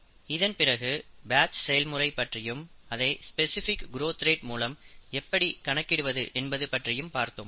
இதன்பிறகு பேட்ச் செயல்முறை பற்றியும் அதை ஸ்பெசிபிக் கிரோத் ரேட் மூலம் எப்படி கணக்கிடுவது என்பது பற்றியும் பார்த்தோம்